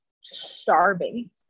starving